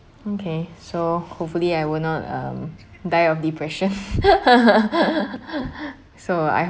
okay so hopefully I will not um die of depression so I